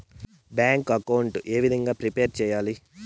Bank account ఏ విధంగా prepare సెయ్యాలి?